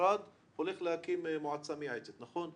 שהמשרד הולך להקים מועצה מייעצת, נכון?